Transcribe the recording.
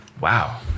wow